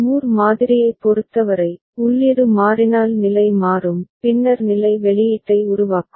Moore மாதிரியைப் பொறுத்தவரை உள்ளீடு மாறினால் நிலை மாறும் பின்னர் நிலை வெளியீட்டை உருவாக்கும்